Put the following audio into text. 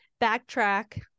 backtrack